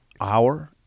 hour